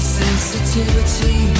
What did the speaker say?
sensitivity